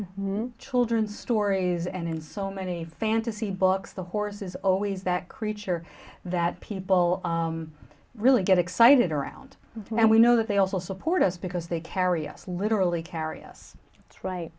in children's stories and in so many fantasy books the horse is always that creature that people really get excited around and we know that they also support us because they carry us literally carry us right